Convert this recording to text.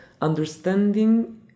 understanding